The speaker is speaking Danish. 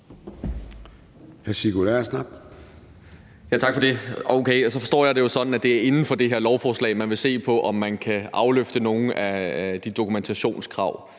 Tak for det.